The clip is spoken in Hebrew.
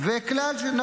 שטחים משותפים.